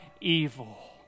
evil